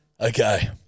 Okay